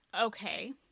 Okay